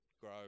Grow